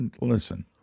listen